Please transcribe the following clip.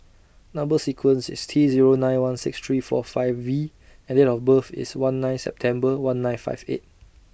Number sequence IS T Zero nine one six three four five V and Date of birth IS one nine September one nine five eight